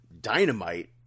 Dynamite